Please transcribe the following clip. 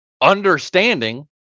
understanding